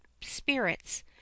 spirits